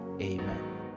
Amen